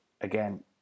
again